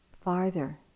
farther